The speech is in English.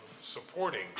supporting